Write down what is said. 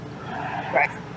Right